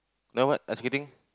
then what ice skating